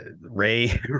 Ray